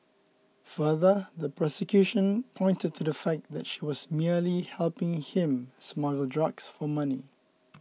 further the prosecution pointed to the fact that she was merely helping him smuggle drugs for money